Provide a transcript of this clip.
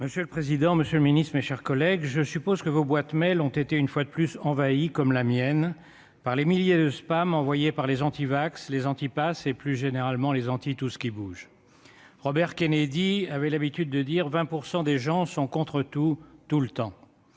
Monsieur le président, monsieur le secrétaire d'État, mes chers collègues, je suppose que vos boîtes mail ont été une fois de plus envahies, comme la mienne, par les milliers de spams envoyés par les antivax, les antipasse et, plus généralement, les « anti-tout-ce-qui-bouge »! Robert Kennedy avait coutume de dire :« un cinquième des gens sont contre tout, tout le temps